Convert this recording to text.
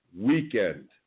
weekend